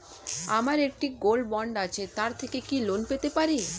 আমার একটি gold bond আছে তার থেকে কি লোন পেতে পারি?